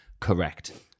Correct